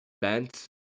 bent